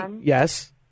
Yes